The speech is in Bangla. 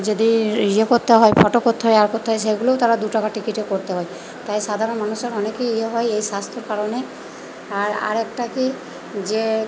যদি ইয়ে করতে হয় ফটো করতে হয় আর করতে হয় সেগুলোও তারা দু টাকার টিকিটে করতে হয় তাই সাধারণ মানুষের অনেকেই ইয়ে হয় এই স্বাস্থ্যর কারণে আর আরেকটা কি যে